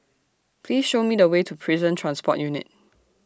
Please Show Me The Way to Prison Transport Unit